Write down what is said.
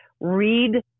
read